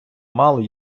мали